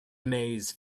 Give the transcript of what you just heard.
maze